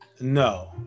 No